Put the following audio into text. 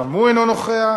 גם הוא אינו נוכח.